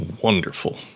Wonderful